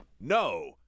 No